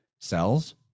cells